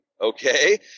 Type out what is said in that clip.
okay